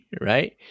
right